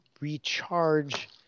recharge